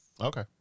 Okay